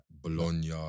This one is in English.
Bologna